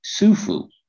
SUFU